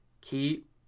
keep